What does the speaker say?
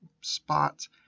spots